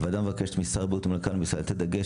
הוועדה מבקשת משר הבריאות וממנכ"ל המשרד לתת דגש